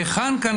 היכן כאן,